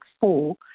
four